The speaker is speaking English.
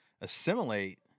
assimilate